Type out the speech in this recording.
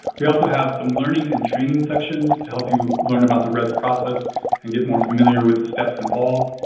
we also have some learning and training sections to help you learn about the rez process and get more familiar with the steps involved.